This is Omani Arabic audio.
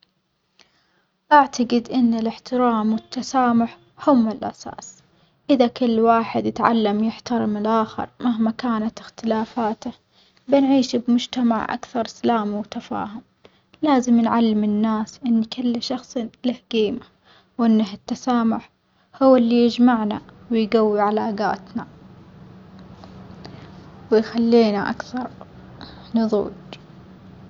أعتجد إن الإحترام والتسامح هما الأساس، إذا كل واحد إتعلم يحترم الآخر مهما كانت إختلافاته، بنعيش بمجتمع أكثر سلام وتفاهم، لازم نعلم الناس إن كل شخصٍ له جيمة وإن هالتسامح هو اللي يجمعنا ويجوي علاجاتنا ويخلينا أكثر نظوج.